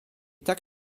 tak